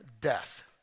death